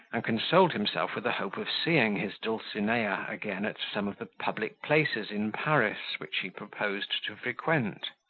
and consoled himself with the hope of seeing his dulcinea again at some of the public places in paris, which he proposed to frequent.